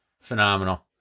phenomenal